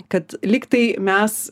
kad lyg tai mes